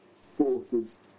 forces